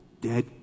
dead